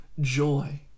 joy